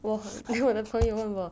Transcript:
我和我的朋友问我